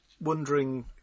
wondering